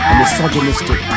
misogynistic